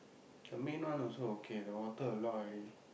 the main one also okay the water a lot already